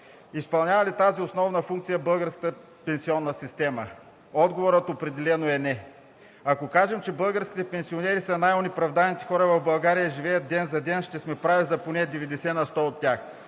Изпълнява ли тази основна функция българската пенсионна система? Отговорът определено е не. Ако кажем, че българските пенсионери са най-онеправданите хора в България и живеят ден за ден, ще сме прави поне за 90 на сто от тях.